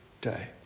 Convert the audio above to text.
day